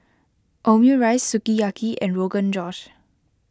Omurice Sukiyaki and Rogan Josh